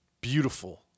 Beautiful